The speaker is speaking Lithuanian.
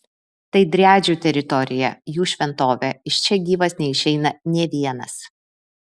tai driadžių teritorija jų šventovė iš čia gyvas neišeina nė vienas